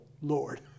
Lord